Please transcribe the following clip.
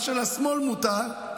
מה שלשמאל מותר,